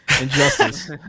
injustice